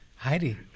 Heidi